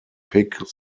pick